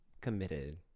Committed